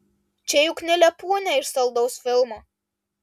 čia juk ne lepūnė iš saldaus filmo